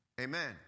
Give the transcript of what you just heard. Amen